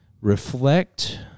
reflect